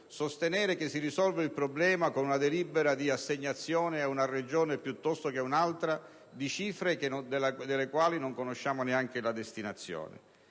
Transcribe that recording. sostenere che si risolve il problema con una delibera di assegnazione ad una Regione piuttosto che ad un'altra di cifre delle quali non conosciamo neanche la destinazione.